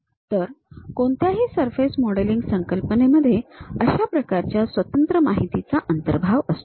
तर कोणत्याही surface modelling संकल्पनेमध्ये अशा प्रकारच्या स्वतंत्र माहितीचा अंतर्भाव असतो